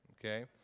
okay